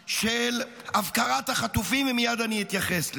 ובוודאי הפקרת החטופים, ומייד אני אתייחס לזה.